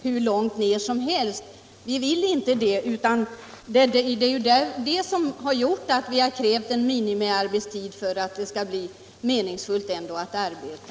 Vi önskar inte en sådan utveckling, utan vi kräver en minimiarbetstid för att det skall bli meningsfullt att arbeta.